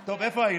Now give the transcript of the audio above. חיים,